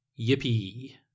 Yippee